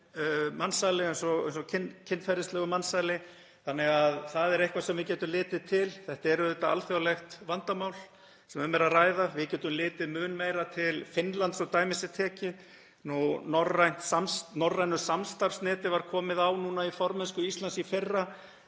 eins og kynferðislegt mansal, þannig að það er eitthvað sem við gætum litið til. Þetta er auðvitað alþjóðlegt vandamál sem um er að ræða. Við getum litið mun meira til Finnlands, svo dæmi sé tekið. Norrænu samstarfsneti var komið á núna í formennsku Íslands í fyrra